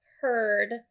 heard